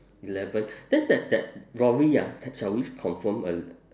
eleven then that that lorry ah shall we confirm